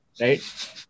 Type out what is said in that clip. right